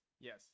Yes